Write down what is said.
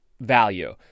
value